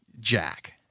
Jack